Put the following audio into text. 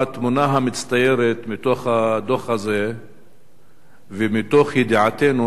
התמונה המצטיירת מתוך הדוח הזה ומתוך ידיעתנו,